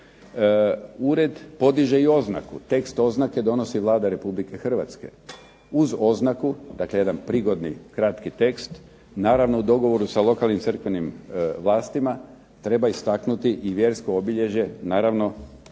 Ured podiže i oznaku, tekst oznake donosi Vlada Republike Hrvatske uz oznaku, dakle jedan prigodni kratki tekst, naravno u dogovoru sa lokalnim crkvenim vlastima treba istaknuti i vjersko obilježje. Naravno